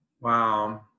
Wow